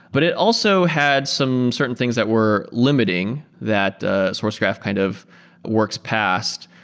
but it also had some certain things that were limiting that sourcegraph kind of works past.